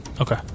Okay